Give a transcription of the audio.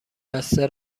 بسته